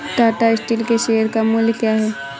टाटा स्टील के शेयर का मूल्य क्या है?